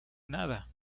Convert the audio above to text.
nada